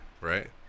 Right